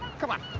come on.